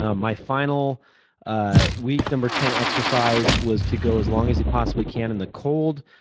um my final ah week number ten exercise was to go as long as you possibly can in the cold.